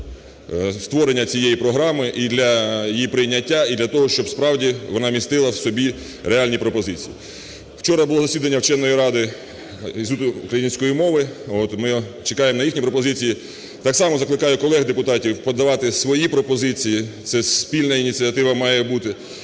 створення цієї програми і для її прийняття, і для того, щоб справді вона містила в собі реальні пропозиції. Вчора було засідання вченої ради Інституту української мови. Ми чекаємо на їхні пропозиції. Так само закликаю колег депутатів подавати свої пропозиції, це спільна ініціатива має бути.